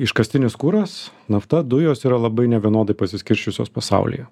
iškastinis kuras nafta dujos yra labai nevienodai pasiskirsčiusios pasaulyje